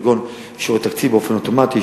כגון אישור תקציב באופן אוטומטי,